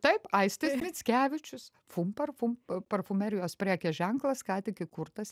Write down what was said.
taip aistis mickevičius fumparfum parfumerijos prekės ženklas ką tik įkurtas